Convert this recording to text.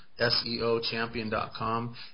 seochampion.com